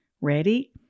Ready